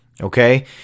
Okay